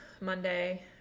Monday